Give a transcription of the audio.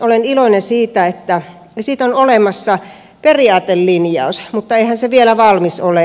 olen iloinen siitä että siitä on olemassa periaatelinjaus mutta eihän se vielä valmis ole